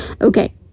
Okay